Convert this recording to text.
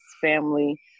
family